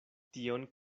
tion